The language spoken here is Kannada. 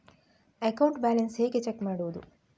ಅಕೌಂಟ್ ಬ್ಯಾಲೆನ್ಸ್ ಹೇಗೆ ಚೆಕ್ ಮಾಡುವುದು?